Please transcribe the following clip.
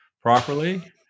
properly